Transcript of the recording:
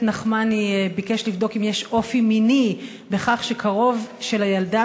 נחמני ביקש לבדוק אם יש אופי מיני לכך שקרוב של הילדה